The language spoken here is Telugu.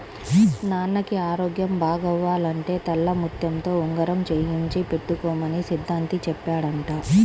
నాన్నకి ఆరోగ్యం బాగవ్వాలంటే తెల్లముత్యంతో ఉంగరం చేయించి పెట్టుకోమని సిద్ధాంతి చెప్పాడంట